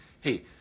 hey